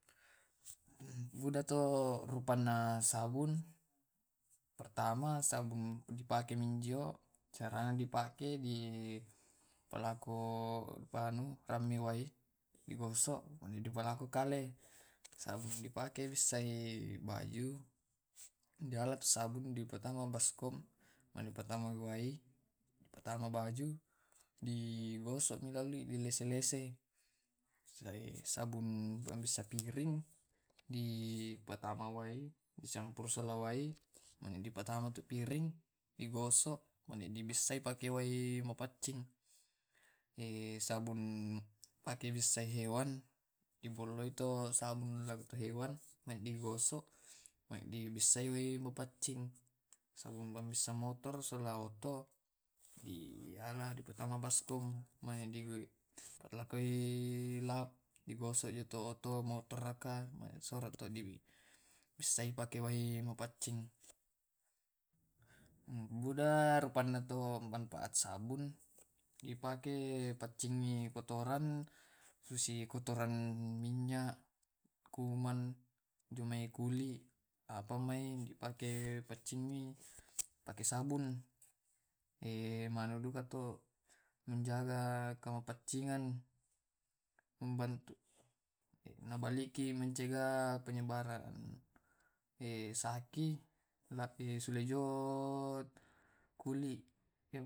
Mudato rupanna sabun pertama sabung dipake minjio, carana dipake dipalako ramme wae di gosok. Sabung dipake sei baju dialak sabung nadipatama di baskom, dipatamai wai dipatama baju digosok lalu dilese lese. Sabung pabisa piring di patama wai dicampur sela wai piring digosok dibissai pake wai mapaccing. Sabung dipake bissai hewan dibolloi ito sabun to hewan mai digosok, mai dibissai wae mapaccing. Sabung pabbissa motor selang oto diala patama baskom mai dilap di gosok yoto oto motoroka dibissai pake wae mapaccing buda rupanna to manfaat na sabung dipake paccingi kotoran susi kotoran minyak kuman jumai kulit apa mai dipake paccingi. Pake sabun manuduka to menjaga kepemaccingan nabaliki mencega penyebaran sakit sulai jo kulit.